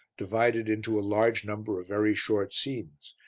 divided into a large number of very short scenes,